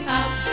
up